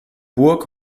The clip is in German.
burg